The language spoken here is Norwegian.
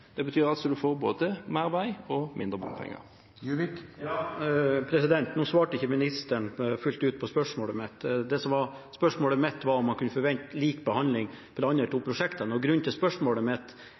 Det betyr at du får både mer vei og mindre bompenger. Nå svarte ikke ministeren fullt ut på spørsmålet mitt. Det som var spørsmålet mitt, var om man kunne forvente lik behandling for de andre to